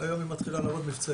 היום היא מתחילה לעבוד מבצעית.